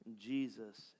Jesus